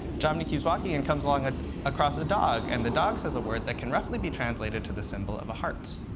jomny keeps walking and comes ah across a dog. and the dog says a word that can roughly be translated to the symbol of a heart.